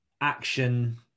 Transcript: action